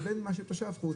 לבין מה שתושב חוץ,